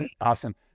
Awesome